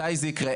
מתי זה יקרה?